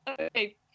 Okay